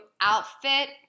outfit